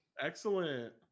excellent